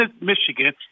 Michigan